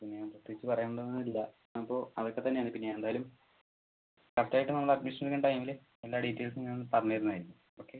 പിന്നെ പ്രത്യേകിച്ച് പറയേണ്ടതൊന്നുമില്ല അപ്പോൾ അതൊക്കെ തന്നെയാണ് പിന്നെ എന്തായാലും ഫസ്റ്റ് ആയിട്ട് നമ്മൾ അഡ്മിഷൻ എടുക്കുന്ന ടൈമിൽ എല്ലാ ഡീറ്റേയിൽസും ഞാനൊന്ന് പറഞ്ഞ് തരുന്നതായിരിക്കും ഓക്കെ